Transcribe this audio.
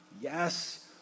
Yes